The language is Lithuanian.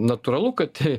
natūralu kad tai